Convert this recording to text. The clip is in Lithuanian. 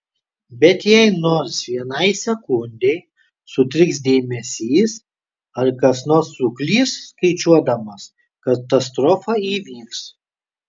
bet jei nors vienai sekundei sutriks dėmesys ar kas nors suklys skaičiuodamas katastrofa įvyks